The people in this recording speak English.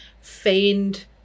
feigned